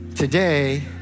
today